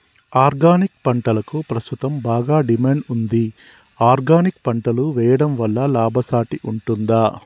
Organic పంటలకు ప్రస్తుతం బాగా డిమాండ్ ఉంది ఆర్గానిక్ పంటలు వేయడం వల్ల లాభసాటి ఉంటుందా?